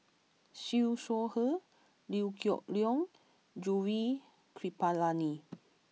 Siew Shaw Her Liew Geok Leong Gaurav Kripalani